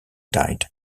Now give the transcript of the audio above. died